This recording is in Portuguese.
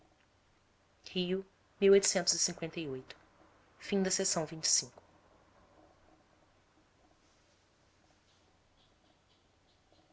que me fale